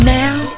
now